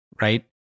right